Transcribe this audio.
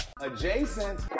Adjacent